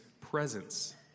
presence